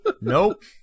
Nope